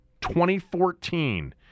2014